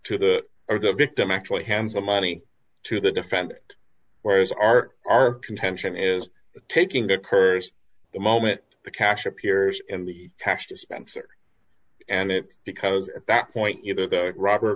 to the or the victim actually hands the money to the defendant whereas art our contention is taking that purse the moment the cash appears in the cash dispenser and it because at that point either the robber